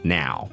now